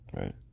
Right